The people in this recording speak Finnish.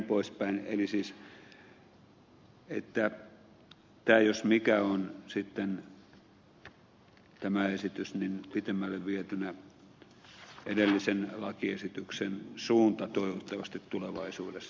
eli siis tämä esitys jos mikä on sitten pitemmälle vietynä edellisen lakiesityksen suunta toivottavasti tulevaisuudessa